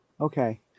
Okay